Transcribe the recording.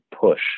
push